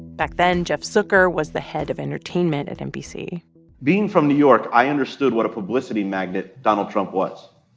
back then, jeff zucker was the head of entertainment at nbc being from new york, i understood what a publicity magnet donald trump was.